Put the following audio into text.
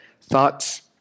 thoughts